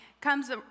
comes